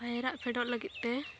ᱯᱟᱭᱨᱟᱜ ᱯᱷᱮᱰᱚᱜ ᱞᱟᱹᱜᱤᱫᱼᱛᱮ